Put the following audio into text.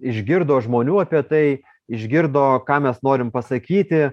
išgirdo žmonių apie tai išgirdo ką mes norim pasakyti